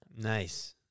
Nice